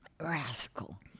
rascal